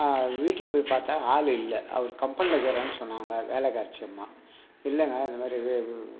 வீட்டில் போய் பார்த்தா ஆள் இல்லை அவர் கம்பெனியில் இருக்காருன்னு சொன்னாங்க வேலைக்காரச்சி அம்மா இல்லைங்க இதுமாதிரி